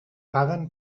paguen